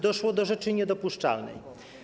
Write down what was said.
Doszło do rzeczy niedopuszczalnej.